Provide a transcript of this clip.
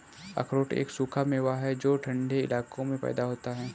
अखरोट एक सूखा मेवा है जो ठन्डे इलाकों में पैदा होता है